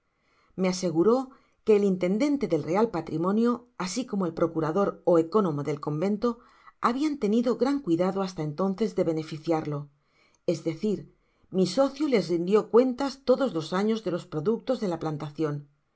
me aseguró que el intendente del real patrimonio asi como el procurador ó ecónomo del convento habian tenido gran cuidado hasta entonces de beneficiarlo es decir mi sócio les rindio cuentas todos los anos de los productos de la plantacion